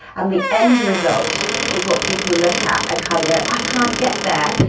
and the end result is what people look at and kind of go, i can't get there.